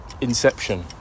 Inception